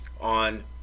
on